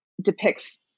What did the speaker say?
depicts